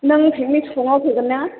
नों पिकनिक स्पटआव फैगोन ना